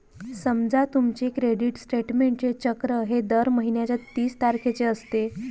समजा तुमचे क्रेडिट स्टेटमेंटचे चक्र हे दर महिन्याच्या तीन तारखेचे असते